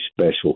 special